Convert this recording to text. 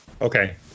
Okay